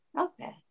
Okay